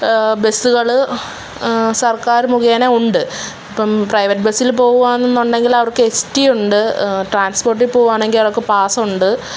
ബസുകള് സര്ക്കാര് മുഖേന ഉണ്ട് ഇപ്പോള് പ്രൈവറ്റ് ബസില് പോവ്വാന്നുണ്ടെങ്കില് അവര്ക്ക് എസ് ടി ഉണ്ട് ട്രാന്സ്പോര്ട്ടില് പോവ്വാണെങ്കില് അവര്ക്ക് പാസ് ഉണ്ട്